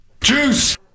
Juice